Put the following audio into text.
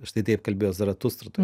štai taip kalbėjo zaratustra